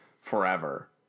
forever